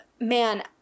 man